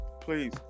please